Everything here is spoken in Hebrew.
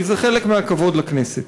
כי זה חלק מהכבוד לכנסת.